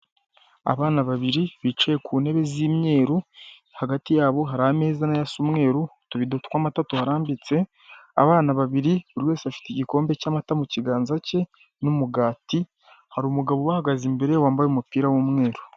Abana babiri bicaye ku ntebe z'imyeru hagati yabo hari ameza na yo asa umweru, utubido tw'amata tuharambitse abana babiri, buri wese afite igikombe cy'amata mu kiganza ke, n'umugati, hari umugabo ubahagaze imbere wambaye umupira w'umweru.